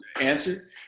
answer